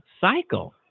cycle